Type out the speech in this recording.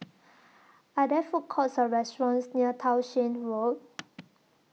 Are There Food Courts Or restaurants near Townshend Road